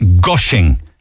gushing